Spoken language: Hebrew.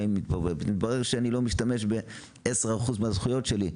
ומתברר שאני לא משתמש ב-10% מהזכויות שלי,